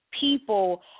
people